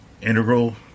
integral